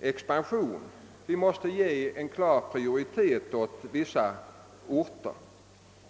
expansion — vi måste ge klar prioritet åt vissa orter.